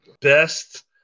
Best